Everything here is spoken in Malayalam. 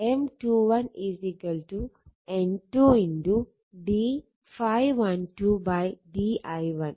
അതിൽ M21 N2 d ∅12 d i1